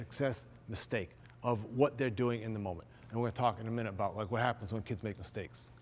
excess mistake of what they're doing in the moment and we're talking a minute about like what happens when kids make mistakes